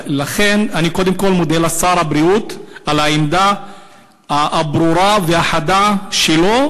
לכן אני קודם כול מודה לשר הבריאות על העמדה הברורה והחדה שלו.